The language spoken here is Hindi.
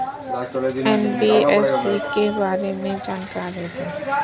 एन.बी.एफ.सी के बारे में जानकारी दें?